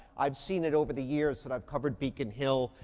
i've seen it over the years that i've covered beacon hill.